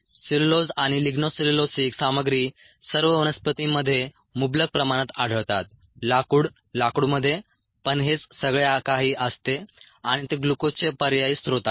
cellulose आणि lignocellulosic सामग्री सर्व वनस्पतींमध्ये मुबलक प्रमाणात आढळतात लाकूड लाकूडमध्ये पण हेच सगळे काही असते आणि ते ग्लुकोजचे पर्यायी स्त्रोत आहेत